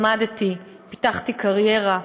למדתי, פיתחתי קריירה,